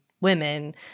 Women